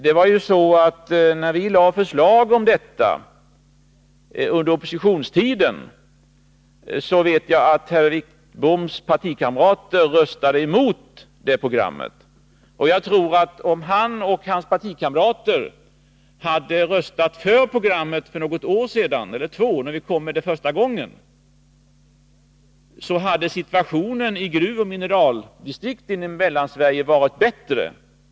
När vi under oppositionstiden lade fram förslag om ett sådant program röstade herr Wittboms partikamrater mot detta. Om han och hans partikamrater hade röstat för programmet för något år sedan — eller för två år sedan, när vi kom med förslaget för första gången — hade situationen i gruvoch mineraldistrikten i Mellansverige varit bättre.